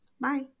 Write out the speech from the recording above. Bye